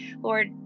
Lord